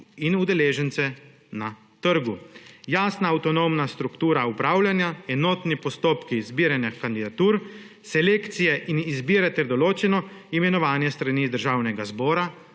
in udeležence na trgu; jasna avtonomna struktura upravljanja, enotni postopki zbiranja kandidatur, selekcije in izbire ter določeno imenovanje s strani Državnega zbora